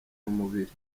mubiri